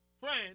friend